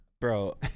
bro